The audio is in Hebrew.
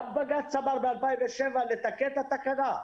בג"ץ אמר גם ב-2007 לתקן את התקנה.